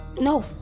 no